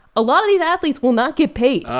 a lot of these athletes will not get paid. oh.